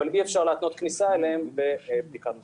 אבל אי-אפשר להתנות כניסה אליהן בבדיקת קורונה.